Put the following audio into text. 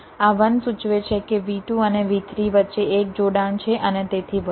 આ 1 સૂચવે છે કે V2 અને V3 વચ્ચે એક જોડાણ છે અને તેથી વધુ